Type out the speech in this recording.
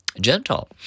Gentle